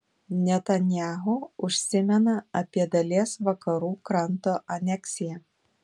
netanyahu užsimena apie dalies vakarų kranto aneksiją